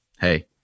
hey